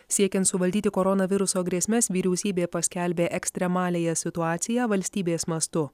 siekiant suvaldyti koronaviruso grėsmes vyriausybė paskelbė ekstremaliąją situaciją valstybės mastu